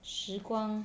时光